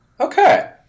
Okay